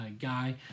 guy